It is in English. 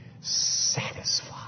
satisfied